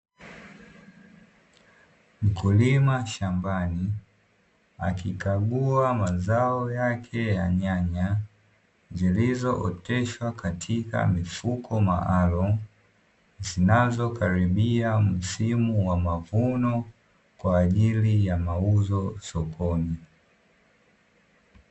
Mkulima shambani akikagua mazao yake ya nyanya, zilizooteshwa katika mifuko maalumu zinazokaribia msimu wa mavuno kwa ajili ya mauzo sokoni.